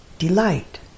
Delight